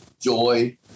joy